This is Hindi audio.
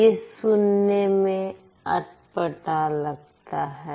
यह सुनने में अटपटा लगता है